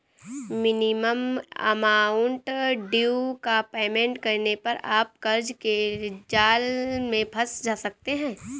minimum amount due का payment करने पर आप कर्ज के जाल में फंस सकते हैं